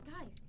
guys